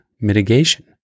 mitigation